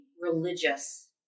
religious